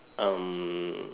um